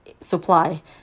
supply